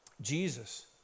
Jesus